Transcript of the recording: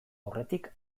aurretik